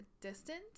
distance